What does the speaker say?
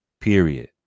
period